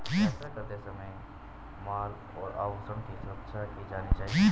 यात्रा करते समय माल और आभूषणों की सुरक्षा की जानी चाहिए